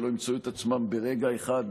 שלא ימצאו את עצמם ברגע אחד,